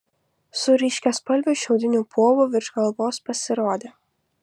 su ryškiaspalviu šiaudiniu povu virš galvos pasirodė